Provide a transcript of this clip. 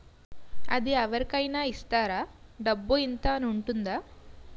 అది అవరి కేనా ఇస్తారా? డబ్బు ఇంత అని ఉంటుందా?